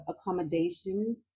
accommodations